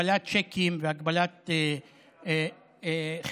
הגבלת צ'קים והגבלת חשבונות